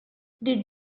did